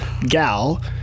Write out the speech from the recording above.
gal